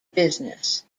business